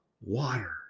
water